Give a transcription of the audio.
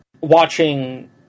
watching